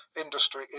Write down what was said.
industry